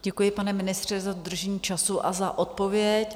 Děkuji, pane ministře, za dodržení času a za odpověď.